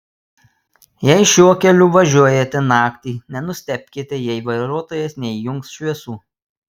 jei šiuo keliu važiuojate naktį nenustebkite jei vairuotojas neįjungs šviesų